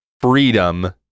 freedom